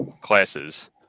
classes